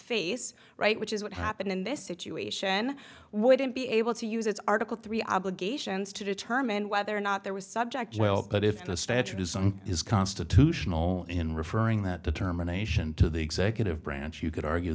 face right which is what happened in this situation wouldn't be able to use its article three obligations to determine whether or not there was subject well but if the statute is something is constitutional in referring that determination to the executive branch you could argue